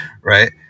Right